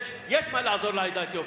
יש מה לעזור לעדה האתיופית,